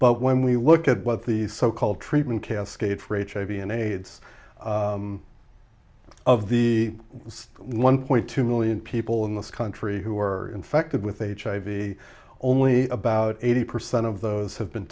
but when we look at what these so called treatment cascade for hiv and aids of the one point two million people in this country who are infected with hiv only about eighty percent of those have been